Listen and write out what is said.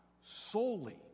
solely